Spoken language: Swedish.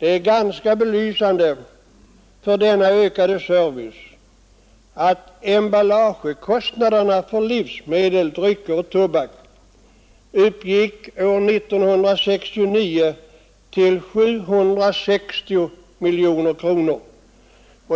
Det är ganska belysande för denna ökade service att emballagekostnaderna för livsmedel, drycker och tobak år 1969 uppgick till 760 miljoner kronor.